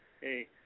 Hey